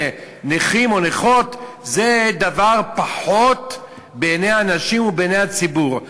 נכים או נכות זה דבר פחות בעיני אנשים ובעיני הציבור.